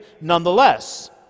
nonetheless